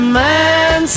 man